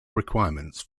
requirements